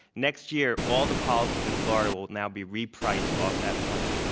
next year all the policies in florida will now be re-priced off that plan.